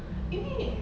因为